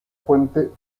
fuente